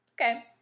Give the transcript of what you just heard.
Okay